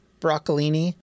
broccolini